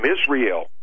Israel